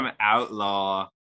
outlaw